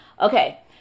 Okay